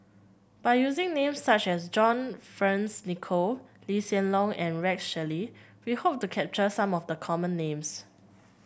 by using names such as John Fearns Nicoll Lee Hsien Loong and Rex Shelley we hope to capture some of the common names